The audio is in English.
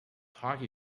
hockey